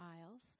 aisles